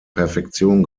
perfektion